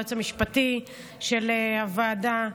היועץ המשפטי של הוועדה.